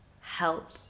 Help